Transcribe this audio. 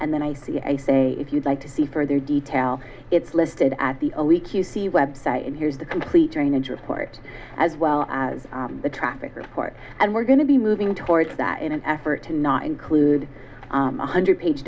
and then i see a say if you'd like to see further detail it's listed at the only q c website and here's the complete drainage of court as well as the traffic report and we're going to be moving towards that in an effort to not include one hundred page